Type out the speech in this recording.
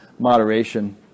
moderation